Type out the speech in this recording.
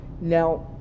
Now